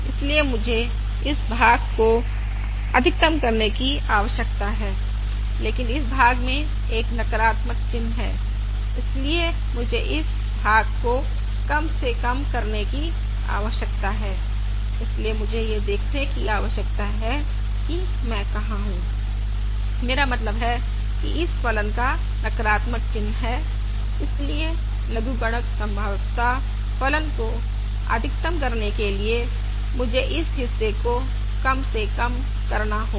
इसलिए मुझे इस भाग को अधिकतम करने की आवश्यकता है लेकिन इस भाग में एक नकारात्मक चिन्ह है इसलिए मुझे इस भाग को कम से कम करने की आवश्यकता है इसलिए मुझे यह देखने की आवश्यकता है कि मैं कहाँ हूँ मेरा मतलब है कि इस फलन का नकारात्मक चिन्ह है इसलिए लघुगणक संभाव्यता फलन को अधिकतम करने के लिए मुझे इस हिस्से को कम से कम करना होगा